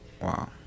Wow